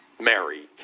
Mary